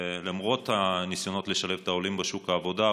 ולמרות הניסיונות לשלב את העולים בשוק העבודה,